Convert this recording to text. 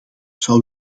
zou